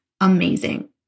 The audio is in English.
amazing